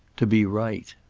to be right.